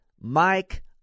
Mike